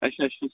अच्छा अच्छा